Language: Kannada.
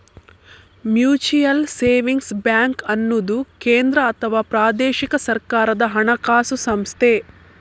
ಮ್ಯೂಚುಯಲ್ ಸೇವಿಂಗ್ಸ್ ಬ್ಯಾಂಕು ಅನ್ನುದು ಕೇಂದ್ರ ಅಥವಾ ಪ್ರಾದೇಶಿಕ ಸರ್ಕಾರದ ಹಣಕಾಸು ಸಂಸ್ಥೆ